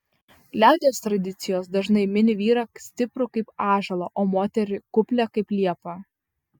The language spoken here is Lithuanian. liaudies tradicijos dažnai mini vyrą stiprų kaip ąžuolą o moterį kuplią kaip liepą